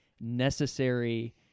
necessary